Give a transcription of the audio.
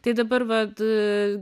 tai dabar vat